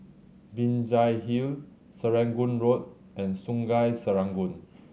Binjai Hill Serangoon Road and Sungei Serangoon